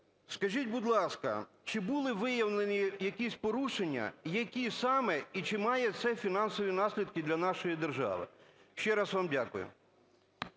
Скажіть, будь ласка, чи були виявлені якісь порушення? Які саме, і чи має це фінансові наслідки для нашої держави? Ще раз вам дякую.